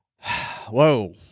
Whoa